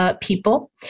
people